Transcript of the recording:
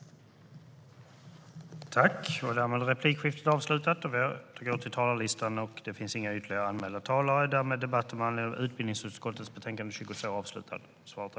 Särskild komplette-rande pedagogisk utbildning för personer med forskarexamen